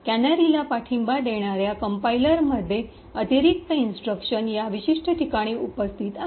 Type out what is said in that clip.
कॅनरीला पाठिंबा देणार्या कम्पाइलर मध्ये अतिरिक्तइ इन्स्ट्रक्शन या विशिष्ट ठिकाणी उपस्थित आहेत